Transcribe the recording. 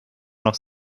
nach